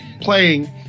playing